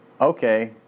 okay